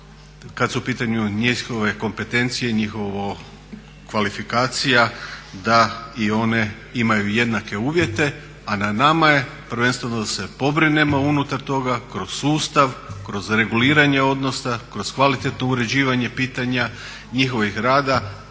kada su u pitanju njihove kompetencije i njihova kvalifikacija da i one imaju jednake uvjete. A na nama je prvenstveno da se pobrinemo unutar toga kroz sustav, kroz reguliranje odnosa, kroz kvalitetno uređivanje pitanja njihovog rada,